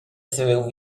saviu